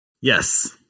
Yes